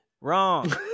Wrong